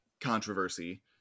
controversy